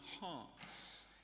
hearts